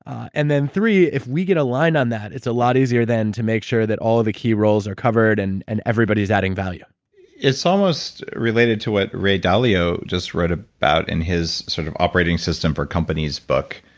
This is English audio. ah and then three, if we get aligned on that, it's a lot easier then to make sure that all of the key roles are covered, and and everybody is adding value it's almost related to what ray dalio just just wrote about in his sort of operating system for companies book,